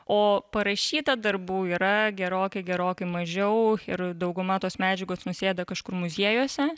o parašyta darbų yra gerokai gerokai mažiau ir dauguma tos medžiagos nusėda kažkur muziejuose